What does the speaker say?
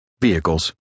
vehicles